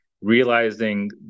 realizing